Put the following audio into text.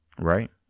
Right